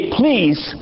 please